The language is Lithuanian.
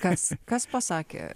kas kas pasakė